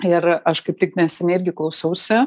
ir aš kaip tik neseniai irgi klausausi